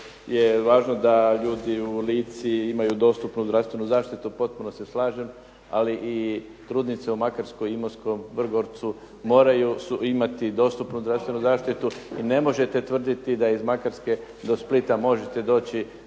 je važno da ljudi u Lici imaju dostupnu zdravstvenu zaštitu. Potpuno se slažem, ali i ljudi u Makarskoj, Imotskom, Vrgorcu moraju imati dostupnu zdravstvenu zaštitu i ne možete tvrditi da iz Makarske do Splita možete doći